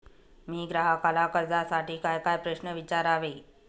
मी ग्राहकाला कर्जासाठी कायकाय प्रश्न विचारावे?